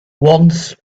once